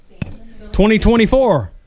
2024